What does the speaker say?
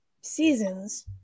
seasons